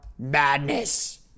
Madness